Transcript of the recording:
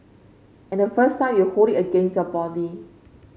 and the first time you hold it against your body